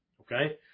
Okay